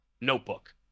Notebook